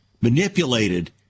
manipulated